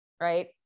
Right